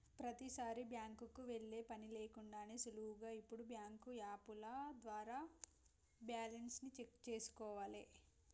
ప్రతీసారీ బ్యాంకుకి వెళ్ళే పని లేకుండానే సులువుగా ఇప్పుడు బ్యాంకు యాపుల ద్వారా బ్యాలెన్స్ ని చెక్ చేసుకోవాలే